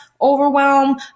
overwhelm